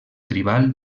tribal